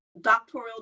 doctoral